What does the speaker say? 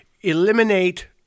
eliminate